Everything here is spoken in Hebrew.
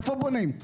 איפה בונים?